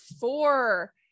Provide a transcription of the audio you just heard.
four